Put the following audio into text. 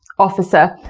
officer.